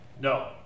No